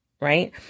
right